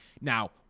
now